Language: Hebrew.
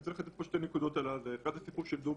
לגבי "דובק".